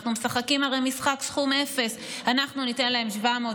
הרי אנחנו משחקים משחק סכום אפס: אנחנו ניתן להם 700,